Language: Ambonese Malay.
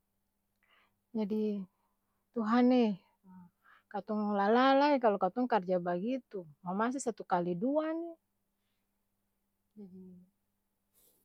Jadi, tuhan eee ha katong lala lae kalo katong karja bagitu, mamasa satu kali dua ni jadi.